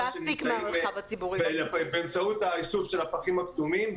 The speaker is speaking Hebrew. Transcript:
שנמצאים באמצעות האיסוף של הפחים הכתומים.